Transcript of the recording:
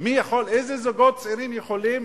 איזה זוגות צעירים יכולים?